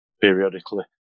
periodically